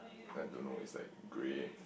then I don't know it's like grey